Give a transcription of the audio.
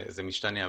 זה משתנה,